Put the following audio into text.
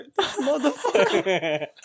motherfucker